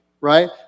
right